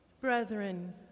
Brethren